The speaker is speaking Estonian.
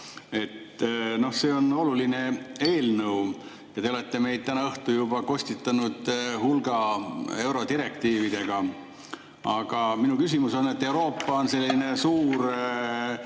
No see on oluline eelnõu. Ja te olete meid täna õhtu juba kostitanud hulga eurodirektiividega. Aga minu küsimus. Euroopa on selline suur